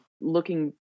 looking